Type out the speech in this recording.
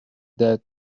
that